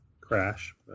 crash